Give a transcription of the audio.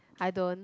I don't